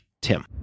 Tim